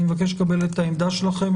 אני מבקש לקבל את העמדה שלכם.